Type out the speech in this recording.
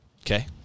Okay